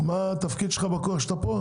מה תפקידך אדוני?